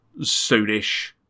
soonish